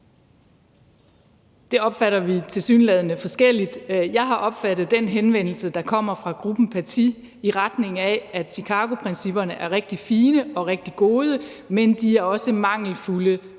tilsyneladende forskelligt. Jeg har opfattet den henvendelse, der er kommet fra Gruppen Paty, i retning af, at Chicagoprincipperne er rigtig fine og rigtig gode, men de er også mangelfulde